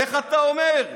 איך אתה אומר?